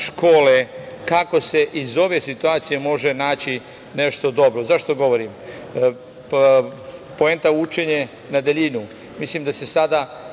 škole kako se iz ove situacije može naći nešto dobro. Zašto govorim? Poenta je učenja na daljinu. Mislim da se sada